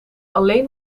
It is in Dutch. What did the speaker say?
alleen